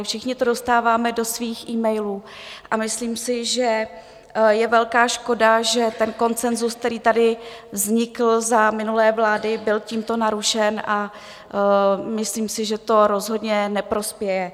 Všichni to dostáváme do svých emailů a myslím si, že je velká škoda, že ten konsenzus, který tady vznikl za minulé vlády, byl tímto narušen, a myslím si, že to rozhodně neprospěje.